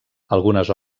algunes